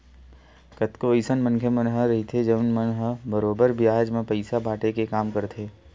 कतको अइसन मनखे मन ह रहिथे जउन मन ह बरोबर बियाज म पइसा बाटे के काम करथे